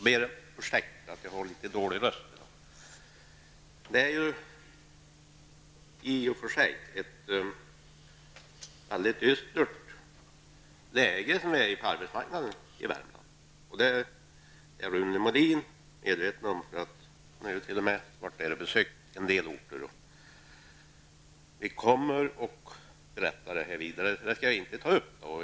Herr talman! I och för sig är läget på arbetsmarknaden i Värmland mycket dystert, och det är Rune Molin medveten om. Han har ju besökt en del orter i Värmland. Vi kommer att tala om det här senare, och därför skall jag inte vidare beröra det nu.